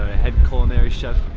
head culinary chef